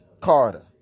Carter